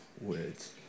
words